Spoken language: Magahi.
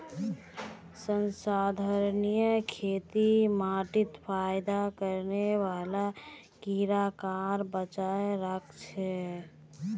संधारणीय खेती माटीत फयदा करने बाला कीड़ाक बचाए राखछेक